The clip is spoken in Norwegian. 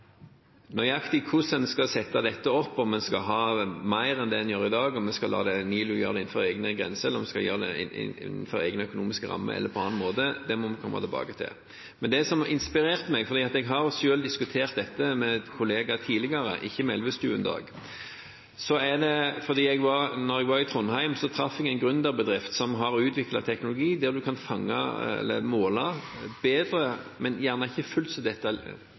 Nøyaktig hvordan en skal gjøre dette, om en skal gjøre mer enn det en gjør i dag, om vi skal la NILU gjøre det innenfor sine egne grenser, innenfor egne økonomiske rammer eller på en annen måte, må vi komme tilbake til. Jeg har diskutert dette med kollegaer tidligere, men ikke med Elvestuen, og noe som har inspirert meg, er at jeg i Trondheim traff en gründerbedrift som har utviklet teknologi til å måle billigere, men ikke fullt så detaljert som NILUs målere. Fyren som sto bak dette,